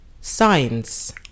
signs